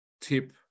tip